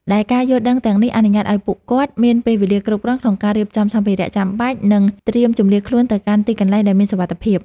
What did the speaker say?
ដែលការយល់ដឹងទាំងនេះអនុញ្ញាតឱ្យពួកគាត់មានពេលវេលាគ្រប់គ្រាន់ក្នុងការរៀបចំសម្ភារៈចាំបាច់ និងត្រៀមជម្លៀសខ្លួនទៅកាន់ទីកន្លែងដែលមានសុវត្ថិភាព។